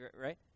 Right